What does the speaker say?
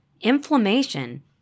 Inflammation